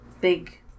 big